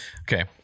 Okay